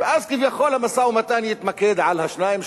ואז כביכול המשא-ומתן יתמקד על ה-2%,